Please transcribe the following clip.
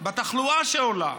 בתחלואה שעולה.